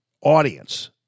audience